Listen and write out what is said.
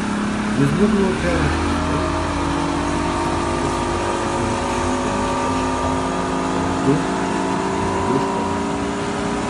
jis būdavo perrištas taip kaip tais laikais perrišdavo siuntinius pašte rudu grubiu špagatu